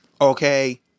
Okay